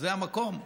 זה המקום.